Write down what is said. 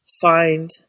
find